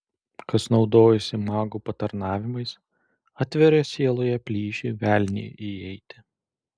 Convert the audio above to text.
kas naudojasi magų patarnavimais atveria sieloje plyšį velniui įeiti